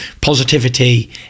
positivity